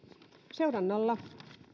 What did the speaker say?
seurannalla